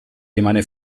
rimane